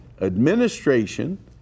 Administration